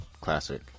classic